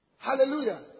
Hallelujah